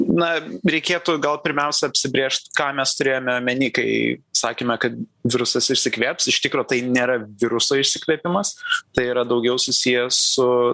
na reikėtų gal pirmiausia apsibrėžt ką mes turėjome omeny kai sakėme kad virusas išsikvėps iš tikro tai nėra viruso išsikvėpimas tai yra daugiau susiję su